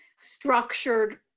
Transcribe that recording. structured